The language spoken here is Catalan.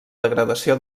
degradació